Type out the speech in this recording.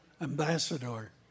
ambassador